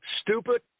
stupid